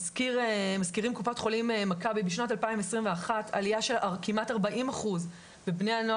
שמזכירים קופת חולים מכבי בשנת 2021 עליה של כמעט 40 אחוז בבני הנוער,